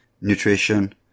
nutrition